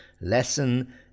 lesson